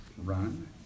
run